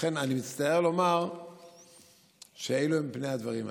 לכן אני מצטער לומר שאלה פני הדברים היום.